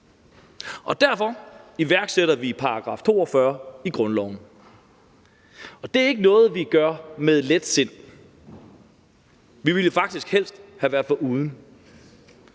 Derfor iværksætter vi § 42 i grundloven, og det er ikke noget, vi gør med let sind – vi ville jo faktisk helst have været foruden